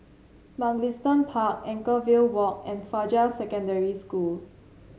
Mugliston Park Anchorvale Walk and Fajar Secondary School